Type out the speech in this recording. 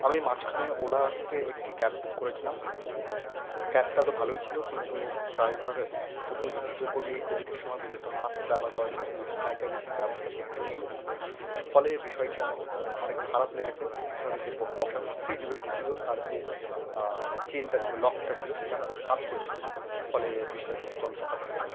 আমি মাঝখানে ওলাতে একটি ক্যাব বুক করেছিলাম ক্যাবটা তো ভালোই ছিলো কিন্তু ড্রাইভার উপযুক্ত কবি এই কোভিডের সময় উপযুক্ত মাস্ক ব্যবহার করে নি উপযুক্ত স্যানিটাইজেশানের ব্যবস্থা সেখানে নেই ফলে বিষয়টি আমার অনেক খারাপ লেগেছে এছাড়া যে বসার সিট বেল্টটি ছিলো তার যে চেনটা ছিলো লকটা ছিলো সেটা কাজ করছিলো না ফলে বিষয়টা অত্যন্ত হতাশাজনক